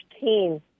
team